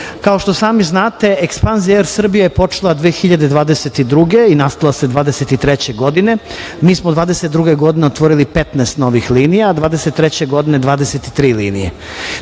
Kao što sami znate, ekspanzija "Er Srbije" je počela 2022. i nastavila se 2023. godine. Mi smo 2022. godine otvorili 15 novih linija, a 2023. godine 23 linije.